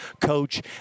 coach